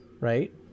right